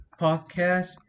podcast